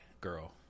Girl